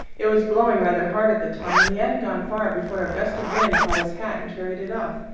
it was blowing rather hard at the time, and he hadn't gone far before a gust of wind caught his hat and carried it off,